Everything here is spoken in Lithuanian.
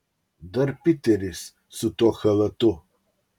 dar piteris su tuo chalatu